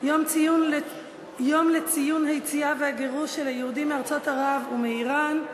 יום לציון היציאה והגירוש של היהודים מארצות ערב ומאיראן,